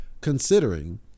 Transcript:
considering